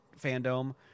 fandom